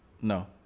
No